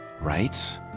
Right